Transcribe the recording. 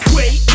Wait